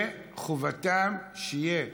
שחובתם שתהיה שתייה,